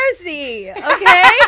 okay